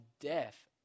death